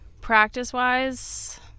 Practice-wise